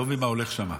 אני לא מבין מה הולך שם.